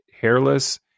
hairless